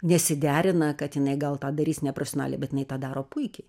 nesiderina kad jinai gal tą darys nepofesionaliai bet jinai tą daro puikiai